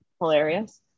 hilarious